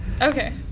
Okay